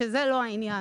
שזה לא העניין,